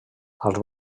als